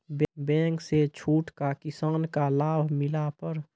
Bank से छूट का किसान का लाभ मिला पर?